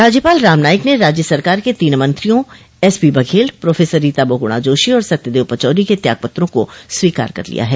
राज्यपाल राम नाइक ने राज्य सरकार के तीन मंत्रियों एसपी बघेल प्रो रीता बहुगुणा जोशी और सत्यदेव पचौरी के त्यागपत्रों को स्वीकार कर लिया है